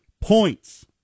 points